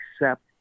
accept